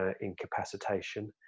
Incapacitation